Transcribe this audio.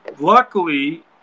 luckily